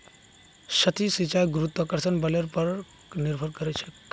सतही सिंचाई गुरुत्वाकर्षण बलेर पर निर्भर करछेक